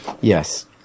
Yes